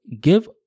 give